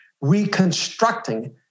reconstructing